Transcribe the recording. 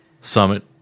Summit